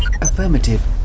Affirmative